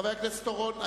חבר הכנסת אורון,